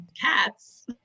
cats